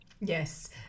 Yes